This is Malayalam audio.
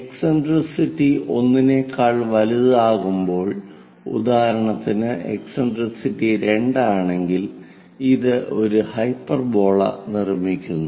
എക്സെന്ട്രിസിറ്റി 1 നെക്കാൾ വലുതാകുമ്പോൾ ഉദാഹരണത്തിന് എക്സെന്ട്രിസിറ്റി 2 ആണെങ്കിൽ ഇത് ഒരു ഹൈപ്പർബോള നിർമ്മിക്കുന്നു